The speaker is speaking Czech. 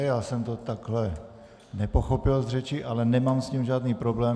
Já jsem to takhle nepochopil z řeči, ale nemám s tím žádný problém.